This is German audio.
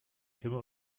kimme